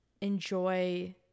enjoy